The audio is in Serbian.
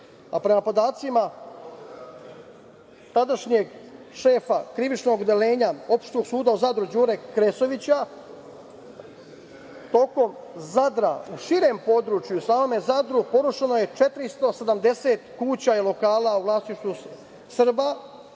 a prema podacima tadašnjeg šefa Krivičnog odeljenja Opštinskog suda u Zadru Đure Kresovića, u širem području samog Zadra porušeno je 470 kuća i lokala u vlasništvu Srba,